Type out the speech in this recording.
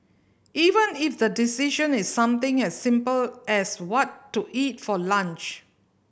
even if the decision is something as simple as what to eat for lunch